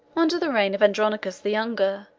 under the reign of andronicus the younger,